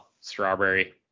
strawberry